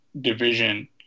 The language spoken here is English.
division